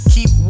Keep